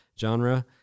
genre